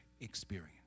experience